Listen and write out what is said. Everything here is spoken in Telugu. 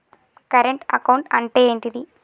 కరెంట్ అకౌంట్ అంటే ఏంటిది?